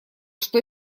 что